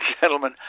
gentlemen